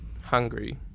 Hungry